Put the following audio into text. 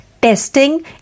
Testing